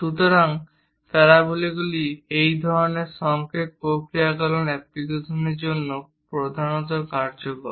সুতরাং আমাদের প্যারাবোলাগুলি এই ধরণের সংকেত প্রক্রিয়াকরণ অ্যাপ্লিকেশনগুলির জন্য প্রধানত কার্যকর